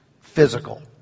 physical